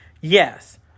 Yes